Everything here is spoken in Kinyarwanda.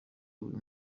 buri